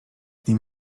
nim